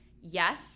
yes